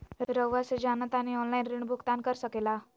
रहुआ से जाना तानी ऑनलाइन ऋण भुगतान कर सके ला?